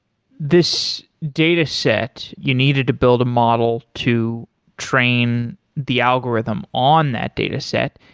this data set you needed to build a model to train the algorithm on that data set,